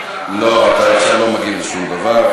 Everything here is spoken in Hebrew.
לא, עכשיו אתה לא מגיב לשום דבר.